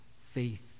faith